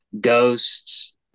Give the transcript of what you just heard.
ghosts